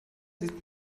sieht